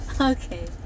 Okay